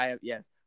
Yes